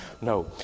No